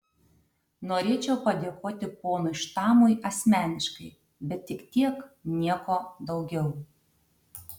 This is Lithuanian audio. norėčiau padėkoti ponui štamui asmeniškai bet tik tiek nieko daugiau